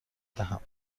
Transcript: دهم